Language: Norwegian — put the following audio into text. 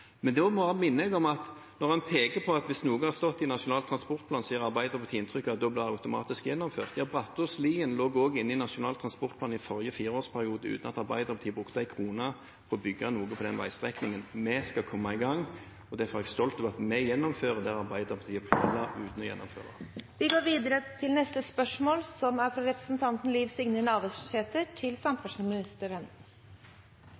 Men jeg minner om at når man peker på at noe har stått i Nasjonal transportplan, gir Arbeiderpartiet inntrykk av at det da blir automatisk gjennomført. Brattås–Lien lå også inne i Nasjonal transportplan i forrige fireårsperiode uten at Arbeiderpartiet brukte én krone på å bygge noe på den veistrekningen. Vi skal komme i gang, og derfor er jeg stolt over at vi gjennomfører det Arbeiderpartiet planla uten å gjennomføre. Dette spørsmålet bortfaller da representanten ikke er til stede. Eg vil stille følgjande spørsmål